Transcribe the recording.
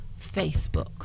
Facebook